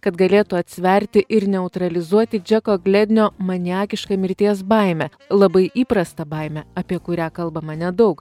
kad galėtų atsverti ir neutralizuoti džeko glednio maniakišką mirties baimę labai įprastą baimę apie kurią kalbama nedaug